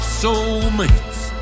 soulmates